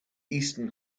eastern